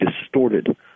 distorted